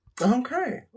Okay